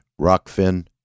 Rockfin